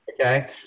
Okay